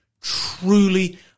truly